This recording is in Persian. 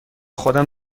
خودم